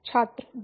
छात्र दो